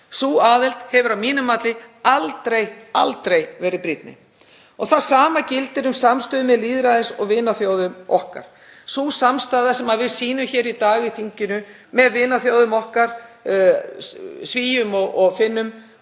Sú aðild hefur að mínu mati aldrei — aldrei — verið brýnni. Það sama gildir um samstöðu með lýðræðis og vinaþjóðum okkar. Sú samstaða sem við sýnum hér í dag í þinginu með vinaþjóðum okkar, Svíum og Finnum